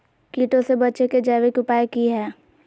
कीटों से बचे के जैविक उपाय की हैय?